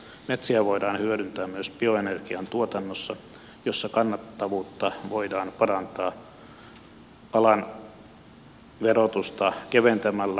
metsiä voidaan hyödyntää myös bioenergian tuotannossa jossa kannattavuutta voidaan parantaa alan verotusta keventämällä